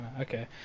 Okay